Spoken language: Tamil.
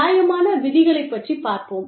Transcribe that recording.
நியாயமான விதிகளைப் பற்றிப் பார்ப்போம்